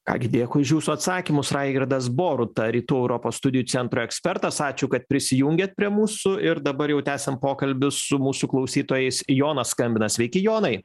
ką gi dėkui už jūsų atsakymus raigirdas boruta rytų europos studijų centro ekspertas ačiū kad prisijungėt prie mūsų ir dabar jau tęsiam pokalbį su mūsų klausytojais jonas skambina sveiki jonai